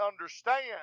understand